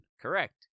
Correct